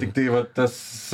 tiktai va tas